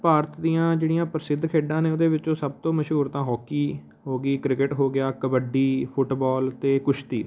ਭਾਰਤ ਦੀਆਂ ਜਿਹੜੀਆਂ ਪ੍ਰਸਿੱਧ ਖੇਡਾਂ ਨੇ ਉਹਦੇ ਵਿੱਚੋਂ ਸਭ ਤੋਂ ਮਸ਼ਹੂਰ ਤਾਂ ਹੋਕੀ ਹੋ ਗਈ ਕ੍ਰਿਕਟ ਹੋ ਗਿਆ ਕਬੱਡੀ ਫੁੱਟਬੋਲ ਅਤੇ ਕੁਸ਼ਤੀ